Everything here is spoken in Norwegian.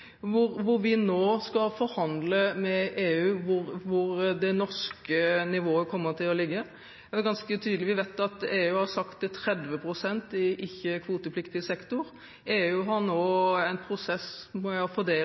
hvor vi nå skal forhandle med EU om hvor det norske nivået kommer til å ligge. Det er ganske tydelig – vi vet at EU har sagt 30 pst. i ikke-kvotepliktig sektor. EU har nå en prosess